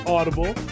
Audible